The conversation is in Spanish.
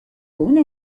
una